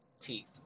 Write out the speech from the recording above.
teeth